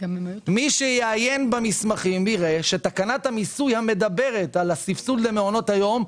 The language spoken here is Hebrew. מי שיעיין במסמכים יראה שתקנת המיסוי המדברת על הסבסוד למעונות היום,